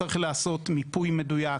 צריך לעשות מיפוי מדויק,